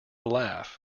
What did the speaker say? laugh